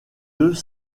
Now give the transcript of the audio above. deux